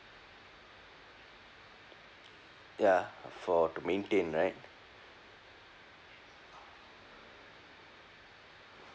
ya afford to maintain right